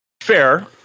Fair